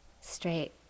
straight